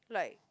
like